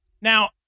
Now